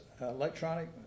electronic